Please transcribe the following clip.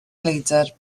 leidr